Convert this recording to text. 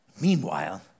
Meanwhile